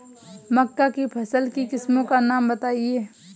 मक्का की फसल की किस्मों का नाम बताइये